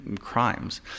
crimes